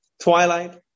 twilight